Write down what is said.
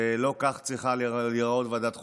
שלא כך צריכה להיראות ועדת חוקה,